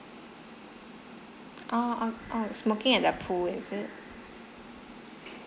orh okay orh smoking at the pool is it